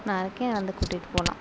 நான் இருக்கேன் வந்து கூட்டிகிட்டு போகலாம்